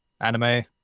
anime